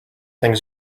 things